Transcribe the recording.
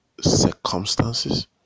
circumstances